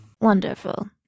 Wonderful